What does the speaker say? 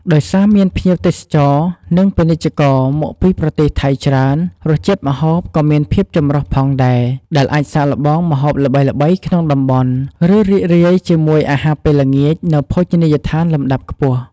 ដោយសារមានភ្ញៀវទេសចរ និងពាណិជ្ជករមកពីប្រទេសថៃច្រើន រសជាតិម្ហូបក៏មានភាពចម្រុះផងដែរ អ្នកអាចសាកល្បងម្ហូបល្បីៗក្នុងតំបន់ ឬរីករាយជាមួយអាហារពេលល្ងាចនៅភោជនីយដ្ឋានលំដាប់ខ្ពស់។